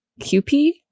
qp